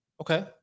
Okay